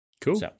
Cool